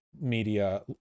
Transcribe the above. media